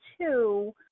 two